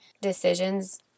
decisions